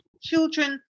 children